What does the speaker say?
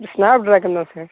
இது ஸ்னாப்டிராகன் தான் சார்